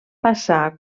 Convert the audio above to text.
passar